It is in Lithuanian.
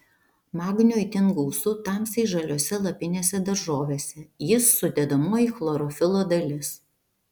magnio itin gausu tamsiai žaliose lapinėse daržovėse jis sudedamoji chlorofilo dalis